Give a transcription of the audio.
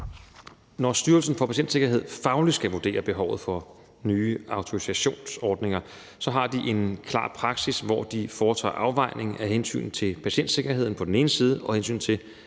Når Styrelsen for Patientsikkerhed fagligt skal vurdere behovet for nye autorisationsordninger, har de en klar praksis, hvor de foretager en afvejning af hensynet til patientsikkerheden på den ene side og hensynet til